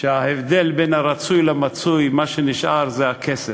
שההבדל בין הרצוי למצוי, מה שנשאר זה הכסף,